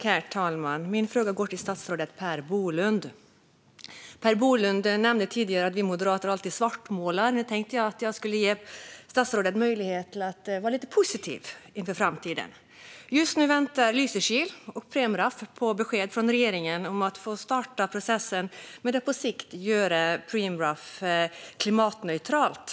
Herr talman! Min fråga går till statsrådet Per Bolund. Per Bolund nämnde tidigare att vi moderater alltid svartmålar. Nu tänkte jag att jag skulle ge statsrådet möjlighet att vara lite positiv inför framtiden. Just nu väntar Lysekil och Preemraff på besked från regeringen om att få starta processen för att på sikt göra Preemraff klimatneutralt.